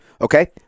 Okay